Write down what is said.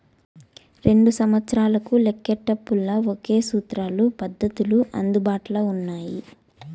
రెండు సంస్తలకు లెక్కేటపుల్ల ఒకే సూత్రాలు, పద్దతులు అందుబాట్ల ఉండాయి